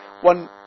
one